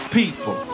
people